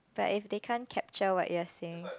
but if they can't capture what you're saying